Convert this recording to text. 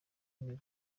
imibu